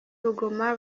buguma